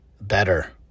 better